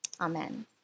Amen